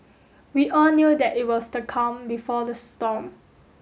we all knew that it was the calm before the storm